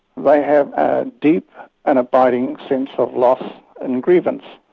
they have a deep and abiding sense of loss and grievance,